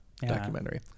documentary